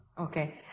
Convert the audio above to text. Okay